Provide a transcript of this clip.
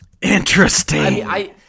Interesting